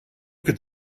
could